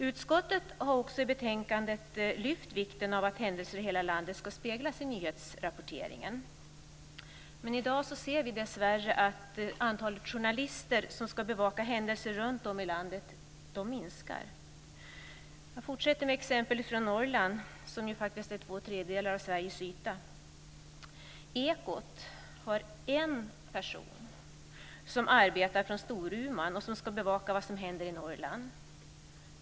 Utskottet har också i betänkandet lyft fram vikten av att händelser i hela landet ska speglas i nyhetsrapporteringen. Men i dag ser vi dessvärre att antalet journalister som ska bevaka händelser runtom i landet minskar. Jag fortsätter med exempel från Norrland, som ju faktiskt är två tredjedelar av Sveriges yta. Ekot har en person, som arbetar från Storuman, som ska bevaka vad som händer i Norrland.